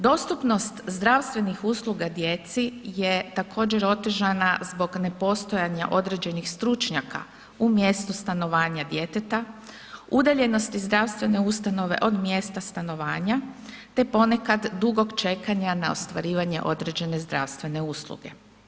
Dostupnost zdravstvenih usluga djeci je također otežana zbog nepostojanja određenih stručnjaka u mjestu stanovanja djeteta, udaljenosti zdravstvene ustanove od mjesta stanovanja te ponekad dugog čekanja na ostvarivanje određene zdravstvene usluge.